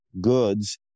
goods